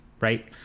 right